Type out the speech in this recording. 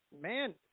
Man